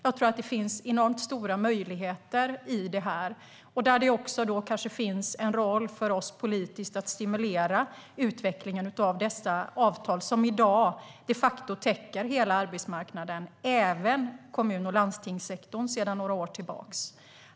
Jag tror att det finns enormt stora möjligheter i detta. Det finns kanske också en roll för oss politiskt att stimulera utvecklingen av dessa avtal som i dag de facto täcker hela arbetsmarknaden, även kommun och landstingssektorn, sedan några år tillbaka.